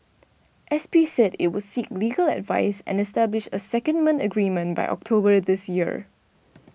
S P said it would seek legal advice and establish a secondment agreement by October this year